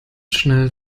schnell